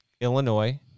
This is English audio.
Illinois